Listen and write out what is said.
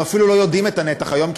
אנחנו אפילו לא יודעים את הנתח היום,